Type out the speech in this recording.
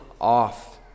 off